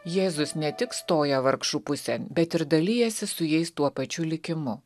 jėzus ne tik stoja vargšų pusėn bet ir dalijasi su jais tuo pačiu likimu